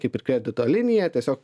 kaip ir kredito linija tiesiog